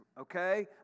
okay